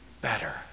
better